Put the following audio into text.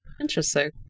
interesting